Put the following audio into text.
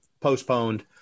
postponed